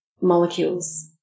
molecules